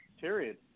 Period